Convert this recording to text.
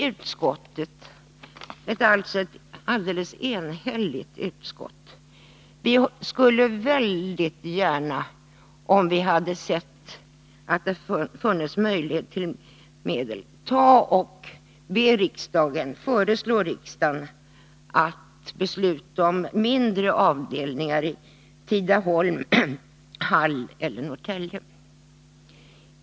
Utskottet, som är enhälligt i den här frågan, skulle, om vi visste att det fanns ekonomiska möjligheter, föreslå riksdagen att besluta om inrättandet av mindre avdelningar på Tidaholms-, Halloch Norrtäljefängelserna.